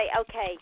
okay